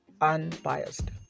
unbiased